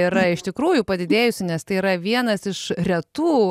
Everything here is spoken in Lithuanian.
yra iš tikrųjų padidėjusi nes tai yra vienas iš retų